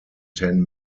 ten